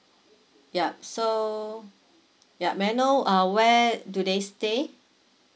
yup so yup may I know uh where do they stay